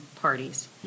parties